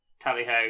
Tally-ho